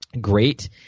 great